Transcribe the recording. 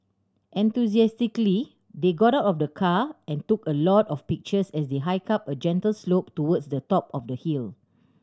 enthusiastically they got out of the car and took a lot of pictures as they hiked up a gentle slope towards the top of the hill